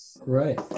Right